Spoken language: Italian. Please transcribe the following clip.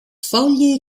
foglie